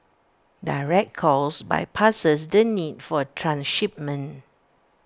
direct calls bypasses the need for transshipment